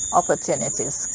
opportunities